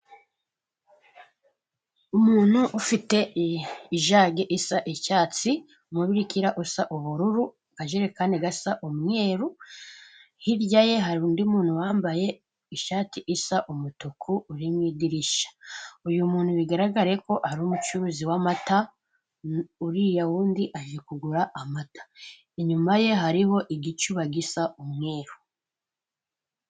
Umuntu ufite ijage isa icyatsi, umubirikira usa ubururu, akajerekani gasa umweru, hirya ye hari undi muntu wambaye ishati isa umutuku uri mu idirishya, uyu muntu bigaragare ko ari umucuruzi w'amata, uriya wundi agiye kugura amata, inyuma ye hariho igicuba gisa umweru.